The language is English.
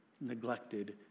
neglected